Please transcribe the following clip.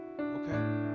okay